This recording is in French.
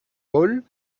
paul